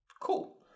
Cool